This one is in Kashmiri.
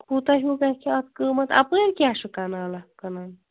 کوٗتاہ ہیوٗ گژھِ اَتھ قۭمَتھ اَپٲرۍ کیٛاہ چھُ کَنال اَکھ کٕنُن